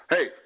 Hey